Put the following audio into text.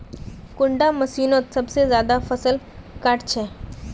कुंडा मशीनोत सबसे ज्यादा फसल काट छै?